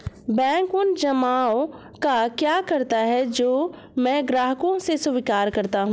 Bank उन जमाव का क्या करता है जो मैं ग्राहकों से स्वीकार करता हूँ?